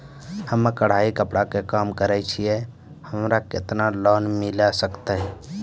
हम्मे कढ़ाई कपड़ा के काम करे छियै, हमरा केतना लोन मिले सकते?